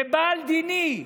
ולבעל דיני,